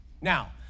Now